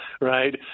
right